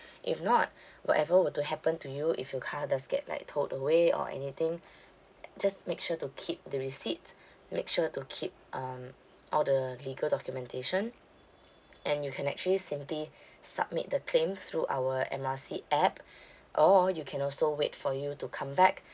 if not whatever were to happen to you if your car get like tolled away or anything just make sure to keep the receipts make sure to keep um all the legal documentation and you can actually simply submit the claim through our M R C app or you can also wait for you to come back